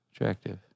attractive